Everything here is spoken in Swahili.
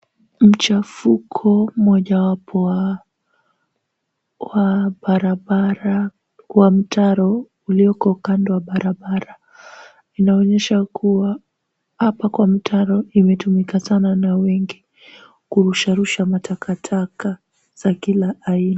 Mchafuko mojawapo wa barabara kwa mtaro ulioko kando ya barabara, inaonyesha kuwa hapa kwa mtaro imetumika sana na wengi kurusharusha matakataka za Kila aina.